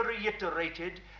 reiterated